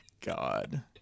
God